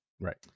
right